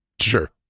Sure